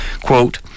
Quote